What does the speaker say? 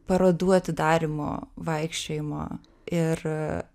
parodų atidarymo vaikščiojimo ir